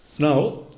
Now